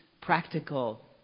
practical